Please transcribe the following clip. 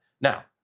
Now